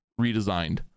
redesigned